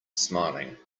smiling